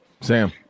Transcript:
Sam